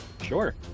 Sure